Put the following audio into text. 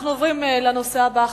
אנחנו עוברים לנושא הבא,